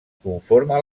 conforma